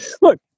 Look